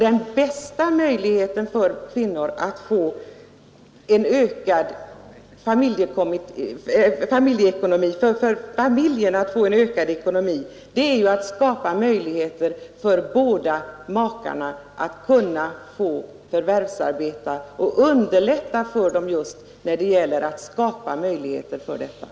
Den bästa möjligheten för familjen att få en bättre ekonomi är att det skapas förutsättningar för båda makarna att få förvärvsarbete och att man underlättar för dem att ha sådant.